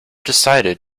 decided